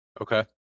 Okay